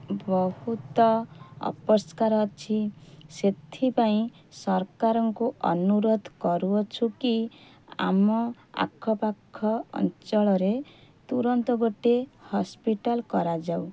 ବହୁତ ଅପରିଷ୍କାର ଅଛି ସେଥିପାଇଁ ସରକାରଙ୍କୁ ଅନୁରୋଧ କରୁଅଛୁ କି ଆମ ଆଖପାଖ ଅଞ୍ଚଳରେ ତୁରନ୍ତ ଗୋଟିଏ ହସ୍ପିଟାଲ୍ କରାଯାଉ